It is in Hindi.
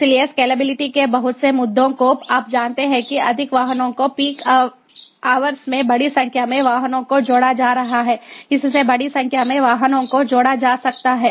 इसलिए स्केलेबिलिटी के बहुत से मुद्दों को आप जानते हैं कि अधिक वाहनों को पीक आवर्स में बड़ी संख्या में वाहनों को जोड़ा जा रहा है इससे बड़ी संख्या में वाहनों को जोड़ा जा सकता है